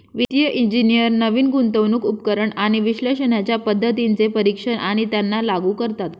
वित्तिय इंजिनियर नवीन गुंतवणूक उपकरण आणि विश्लेषणाच्या पद्धतींचे परीक्षण आणि त्यांना लागू करतात